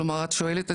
כלומר את שואלת,